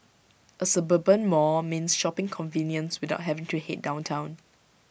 A suburban mall means shopping convenience without having to Head down Town